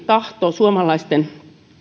tahto suomalaisten